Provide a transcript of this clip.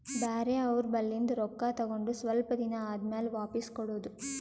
ಬ್ಯಾರೆ ಅವ್ರ ಬಲ್ಲಿಂದ್ ರೊಕ್ಕಾ ತಗೊಂಡ್ ಸ್ವಲ್ಪ್ ದಿನಾ ಆದಮ್ಯಾಲ ವಾಪಿಸ್ ಕೊಡೋದು